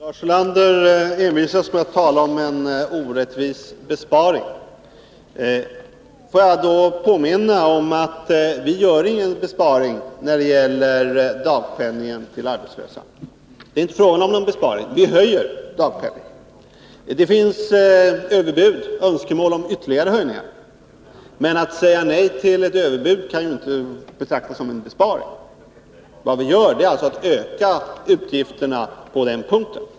Herr talman! Lars Ulander envisas med att tala om en orättvis besparing. Får jag då påminna om att vi inte gör någon besparing när det gäller dagpenningen till arbetslösa. Det är inte fråga om någon besparing. Vi höjer dagpenningen. Det framförs överbud och önskemål om ytterligare höjningar. Men att säga nej till ett överbud kan inte betraktas som en besparing. Vad vi gör är alltså att öka utgifterna på den punkten.